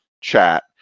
chat